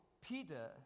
Peter